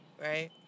right